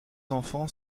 enfants